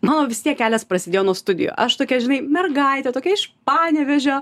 mano vis tiek kelias prasidėjo nuo studijų aš tokia žinai mergaitė tokia iš panevėžio